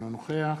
אינו נוכח